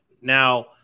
now